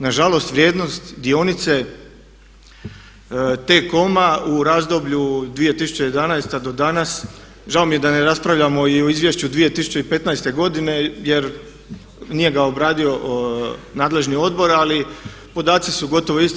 Nažalost, vrijednost dionice T-COM-a u razdoblju 2011. do danas žao mi je da ne raspravljamo i o Izvješću 2015. godine jer nije ga obradio nadležni odbor ali podaci su gotovo isti.